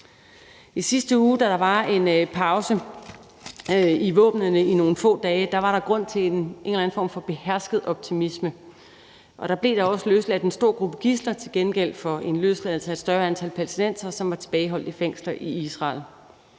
I sidste uge, da der var en pause for våbnene i nogle få dage, var der grund til en form for behersket optimisme, og der blev da også løsladt en stor gruppe gidsler til gengæld for en løsladelse af et større antal palæstinensere, som var tilbageholdt i fængsler i Israel.